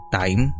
time